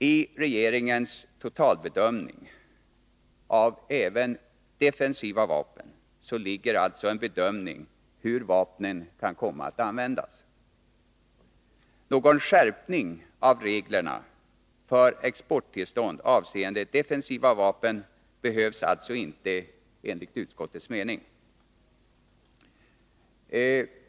I regeringens totalbedömning, även av defensiva vapen, ligger alltså en bedömning av hur vapnen kan komma att användas. Någon skärpning av reglerna för exporttillstånd avseende defensiva vapen behövs alltså inte, enligt utskottets mening.